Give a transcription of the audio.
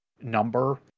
number